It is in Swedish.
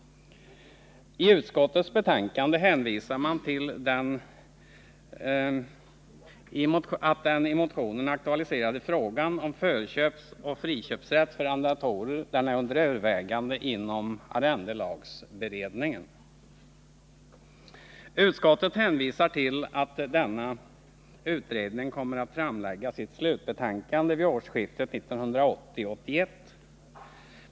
I utskottets betänkande hänvisar man till att den i motionen aktualiserade frågan om förköpsoch friköpsrätt för arrendatorer är under övervägande inom arrendelagsutredningen. Utskottet hänvisar till att denna utredning kommer att framlägga sitt slutbetänkande vid årsskiftet 1980-1981.